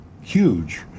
huge